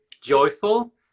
joyful